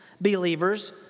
believers